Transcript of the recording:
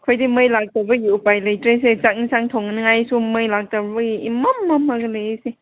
ꯑꯩꯈꯣꯏꯗꯤ ꯃꯩ ꯂꯥꯛꯇꯕꯒꯤ ꯎꯄꯥꯏ ꯂꯩꯇ꯭ꯔꯦꯁꯦ ꯆꯥꯛ ꯑꯦꯟꯁꯥꯡ ꯊꯣꯡꯅꯤꯡꯉꯥꯏꯁꯨ ꯃꯩ ꯂꯥꯛꯇꯕꯒꯤ ꯏꯃꯝ ꯃꯝꯂꯒ ꯂꯩꯌꯦꯁꯦ